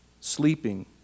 sleeping